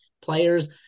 players